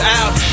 out